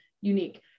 unique